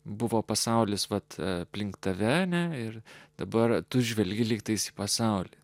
buvo pasaulis vat aplink tave ne ir dabar tu žvelgi lygtais į pasaulį